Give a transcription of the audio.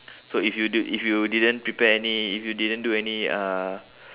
so if you do if you didn't prepare any if you didn't do any uh